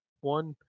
one